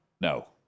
No